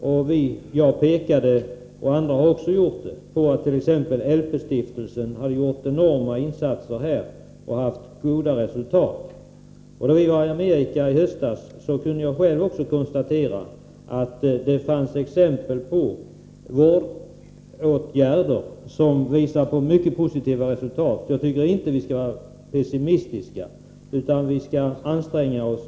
Både jag själv och andra har pekat på de enorma insatser som LP-stiftelsen har gjort med goda resultat. När vi var i Amerika i höstas kunde jag själv konstatera att det fanns exempel på vårdinsatser som gav mycket positiva resultat. Jag tror därför inte att vi skall vara pessimistiska, utan anstränga oss.